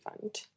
fund